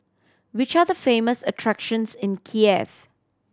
which are the famous attractions in Kiev